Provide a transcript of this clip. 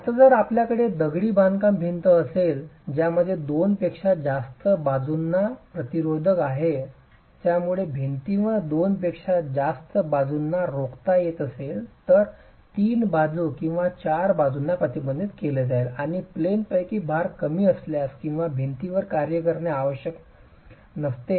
आता जर आपल्याकडे दगडी बांधकाम भिंत असेल ज्यामध्ये 2 पेक्षा जास्त बाजूंना प्रतिरोध आहे ज्यामुळे भिंतीवर 2 पेक्षा जास्त बाजूंना रोखता येत असेल तर 3 बाजू किंवा 4 बाजूंना प्रतिबंधित केले जाईल आणि प्लेन पैकी भार कमी असल्यास किंवा भिंतींवर कार्य करणे आवश्यक नसते